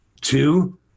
two